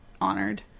honored